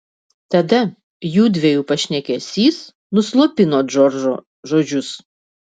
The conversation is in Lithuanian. tada jųdviejų pašnekesys nuslopino džordžo žodžius